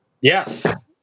Yes